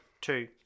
two